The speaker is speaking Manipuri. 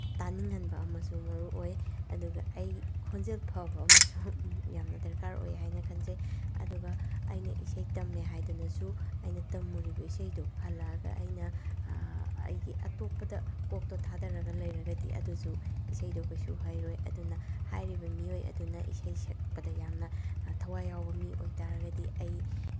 ꯇꯥꯅꯤꯡꯍꯟꯕ ꯑꯃꯁꯨ ꯃꯔꯨ ꯑꯣꯏ ꯑꯗꯨꯒ ꯑꯩ ꯈꯣꯟꯖꯦꯜ ꯐꯕ ꯑꯃꯁꯨ ꯌꯥꯝꯅ ꯗꯔꯀꯥꯔ ꯑꯣꯏ ꯍꯥꯏꯅ ꯈꯟꯖꯩ ꯑꯗꯨꯒ ꯑꯩꯅ ꯏꯁꯩ ꯇꯝꯃꯦ ꯍꯥꯏꯗꯅꯁꯨ ꯑꯩꯅ ꯇꯝꯃꯨꯔꯤꯕ ꯏꯁꯩꯗꯨ ꯍꯜꯂꯛꯑꯒ ꯑꯩꯅ ꯑꯩꯒꯤ ꯑꯇꯣꯞꯄꯗ ꯀꯣꯛꯇꯣ ꯊꯥꯗꯔꯒ ꯂꯩꯔꯒꯗꯤ ꯑꯗꯨꯁꯨ ꯏꯁꯩꯗꯣ ꯀꯩꯁꯨ ꯍꯩꯔꯣꯏ ꯑꯗꯨꯅ ꯍꯥꯏꯔꯤꯕ ꯃꯤꯑꯣꯏ ꯑꯗꯨꯅ ꯏꯁꯩ ꯁꯛꯄꯗ ꯌꯥꯝꯅ ꯊꯋꯥꯏ ꯌꯥꯎꯕ ꯃꯤ ꯑꯣꯏ ꯇꯥꯔꯒꯗꯤ ꯑꯩ